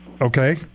okay